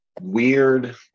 weird